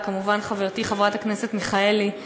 וכמובן חברתי חברת הכנסת מיכאלי,